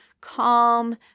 calm